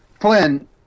Flynn